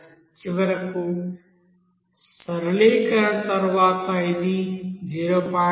చివరకు సరళీకరణ తరువాత ఇది 0